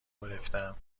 گرفتم